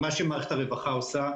מה שמערכת הרווחה עושה,